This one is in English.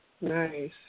Nice